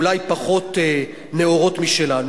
אולי פחות נאורות משלנו,